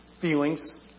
feelings